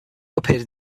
appeared